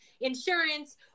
insurance